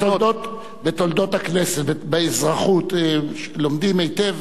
בתולדות הכנסת באזרחות לומדים היטב